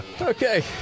Okay